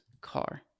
car